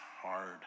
hard